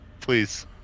Please